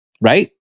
right